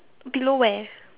below where